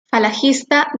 falangista